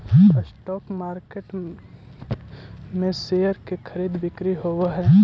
stock market में share के खरीद बिक्री होवऽ हइ